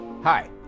Hi